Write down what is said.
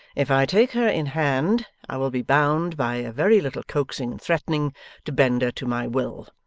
if i take her in hand, i will be bound by a very little coaxing and threatening to bend her to my will.